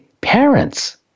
parents